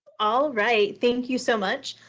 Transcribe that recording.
all right. thank you so much.